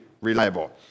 reliable